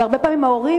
והרבה פעמים ההורים,